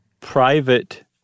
private